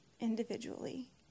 individually